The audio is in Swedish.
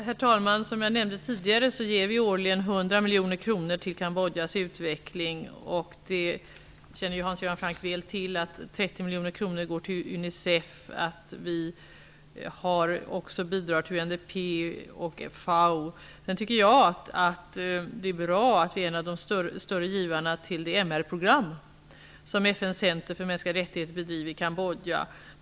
Herr talman! Som jag nämnde tidigare, ger vi årligen 100 miljoner kronor till Kambodjas utveckling. Hans Göran Franck känner väl till att 30 miljoner kronor går till Unicef och att vi också ger bidrag till UNDP och FAO. Jag tycker att det är bra att vi är en av de större givarna till det MR program som FN:s center för mänskliga rättigheter driver i Kambodja.